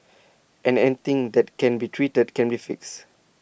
and anything that can be treated can be fixed